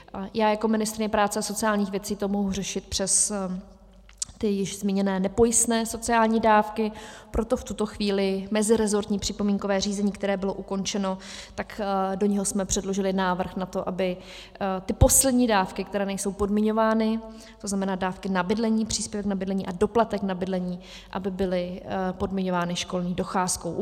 Já jako ministryně práce a sociálních věcí to mohu řešit přes ty již zmíněné nepojistné sociální dávky, proto v tuto chvíli meziresortní připomínkové řízení, které bylo ukončeno, tak do něho jsme předložili návrh na to, aby ty poslední dávky, které nejsou podmiňovány, tzn. dávky na bydlení, příspěvek na bydlení a doplatek na bydlení, aby byly podmiňovány školní docházkou.